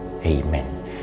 Amen